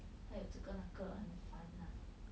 还有这个那个很烦 lah